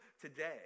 today